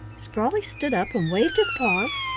sprawley stood up and waved his paws,